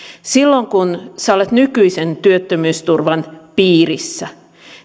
silloin kun sinä olet nykyisen työttömyysturvan piirissä